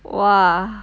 !wah!